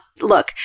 Look